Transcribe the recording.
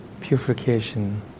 purification